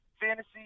fantasy